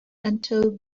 until